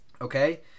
Okay